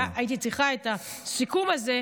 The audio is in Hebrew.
הייתי צריכה את הסיכום הזה,